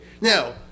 Now